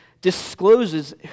discloses